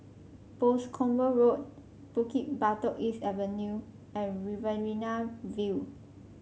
Boscombe Road Bukit Batok East Avenue and Riverina View